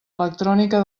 electrònica